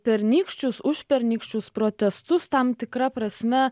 pernykščius užpernykščius protestus tam tikra prasme